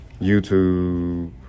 YouTube